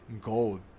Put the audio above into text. gold